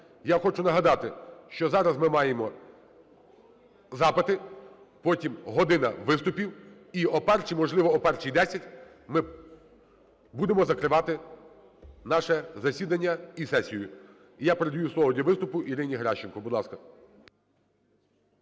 Я хочу нагадати, що зараз ми маємо запити, потім година виступів, і о першій, можливо, о першій десять ми будемо закривати наше засідання і сесію. Я передаю слово для виступу Ірині Геращенко. Будь ласка.